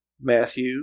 Matthew